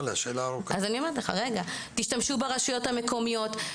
תשתמשו ברשויות המקומיות,